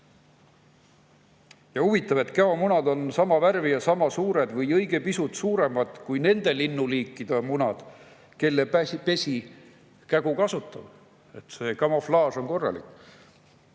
Huvitav, et käomunad on sama värvi ja sama suured või õige pisut suuremad kui nende lindude munad, kelle pesi kägu kasutab. See kamuflaaž on korralik.